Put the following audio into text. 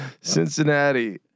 Cincinnati